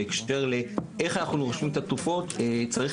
בהקשר לאופן שבו אנחנו נותנים את התרופות צריך